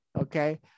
okay